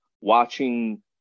watching